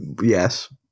Yes